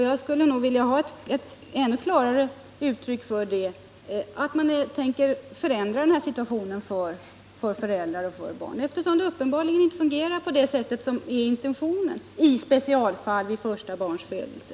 Jag skulle vilja ha ett ännu klarare uttryck för att man tänker förändra den här situationen för föräldrar och barn, eftersom det uppenbarligen inte fungerar i överensstämmelse med intentionen i specialfall vid första barnets födelse.